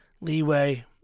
leeway